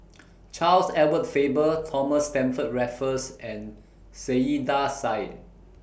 Charles Edward Faber Thomas Stamford Raffles and Saiedah Said